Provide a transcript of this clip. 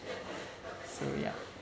so yeah